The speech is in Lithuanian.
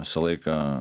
visą laiką